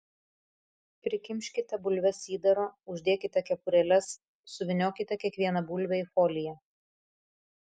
prikimškite bulves įdaro uždėkite kepurėles suvyniokite kiekvieną bulvę į foliją